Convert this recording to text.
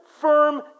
firm